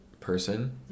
person